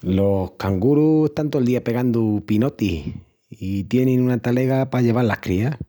Los cangurus están tol día pegandu pinotis i tienin una talega pa lleval las crías.